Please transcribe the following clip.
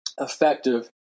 effective